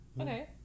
okay